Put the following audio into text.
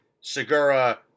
Segura